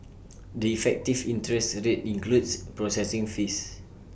the effective interest today includes processing fees